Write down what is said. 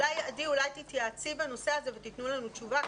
עדי, אולי תתייעצי בנושא הזה ותתנו לנו תשובה.